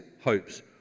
hopes